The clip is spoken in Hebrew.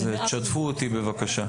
בבקשה שתפו אותי.